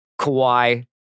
Kawhi